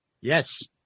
Yes